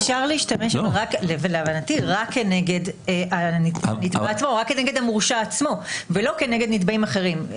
אפשר להשתמש רק כנגד המורשע עצמו ולא כנגד נתבעים אחרים.